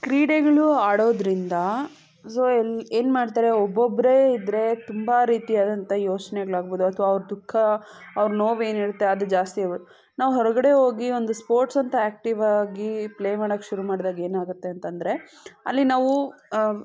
ಕ್ರೀಡೆಗಳು ಆಡೋದ್ರಿಂದ ಸೊ ಎಲ್ಲ ಏನು ಮಾಡ್ತಾರೆ ಒಬ್ಬೊಬ್ಬರೇ ಇದ್ದರೆ ತುಂಬ ರೀತಿಯಾದಂಥ ಯೋಚನೆಗಳಾಗ್ಬೋದು ಅಥವಾ ಅವರ ದುಃಖ ಅವರ ನೋವು ಏನಿರುತ್ತೆ ಅದು ಜಾಸ್ತಿ ನಾವು ಹೊರಗಡೆ ಹೋಗಿ ಒಂದು ಸ್ಪೋರ್ಟ್ಸ್ ಅಂತ ಆ್ಯಕ್ಟಿವಾಗಿ ಪ್ಲೇ ಮಾಡಕ್ಕೆ ಶುರು ಮಾಡ್ದಾಗ ಏನಾಗುತ್ತೆ ಅಂತಂದರೆ ಅಲ್ಲಿ ನಾವು